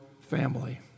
family